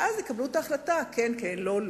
ואז יקבלו את ההחלטה אם כן או לא,